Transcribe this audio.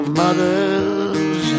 mothers